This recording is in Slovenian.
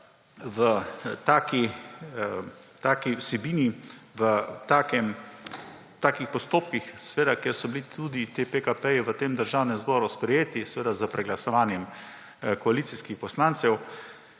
V taki vsebini, v takih postopkih, ker so bili tudi ti pekapeji v Državnem zboru sprejeti s preglasovanjem koalicijskih poslancev,